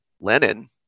Lenin